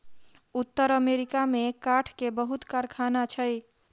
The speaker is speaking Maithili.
उत्तर अमेरिका में काठ के बहुत कारखाना छै